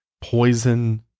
poison